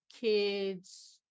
kids